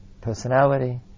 personality